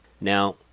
now